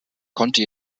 konnte